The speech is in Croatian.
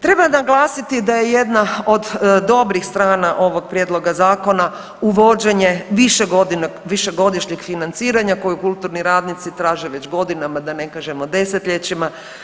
Treba naglasiti da je jedna od dobrih strana ovog prijedloga zakona uvođenje višegodišnjeg financiranja kojeg kulturni radnici traže već godinama, da ne kažemo desetljećima.